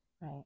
Right